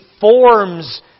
forms